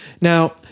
Now